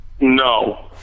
No